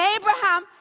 Abraham